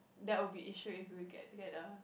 that will be issue if we get together